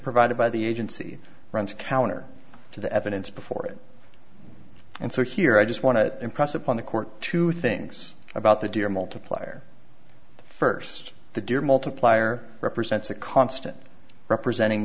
provided by the agency runs counter to the evidence before it and so here i just want to impress upon the court two things about the deer multiplier first the deer multiplier represents a constant representing